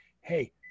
Hey